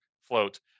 Float